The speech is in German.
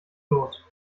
los